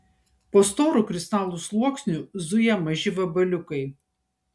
po storu kristalų sluoksniu zuja maži vabaliukai